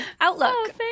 outlook